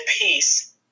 peace